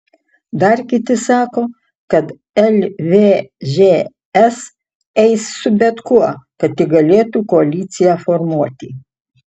dar kiti sako kad lvžs eis su bet kuo kad tik galėtų koaliciją formuoti